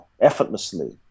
effortlessly